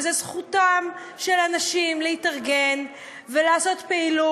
וזו זכותם של האנשים להתארגן ולעשות פעילות,